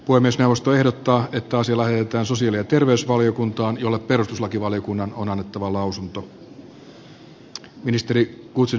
puhemiesneuvosto ehdottaa että asia lähetetään sosiaali ja terveysvaliokuntaan jolle perustuslakivaliokunnan on annettava lausunto